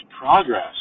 progress